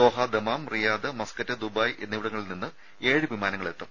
Doha Dammam Riyadh Muscat Dubai എന്നിവിടങ്ങളിൽനിന്ന് ഏഴ് വിമാനങ്ങൾ എത്തും